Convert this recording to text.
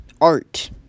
Art